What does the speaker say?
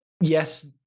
yes